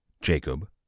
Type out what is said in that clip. Jacob